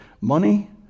money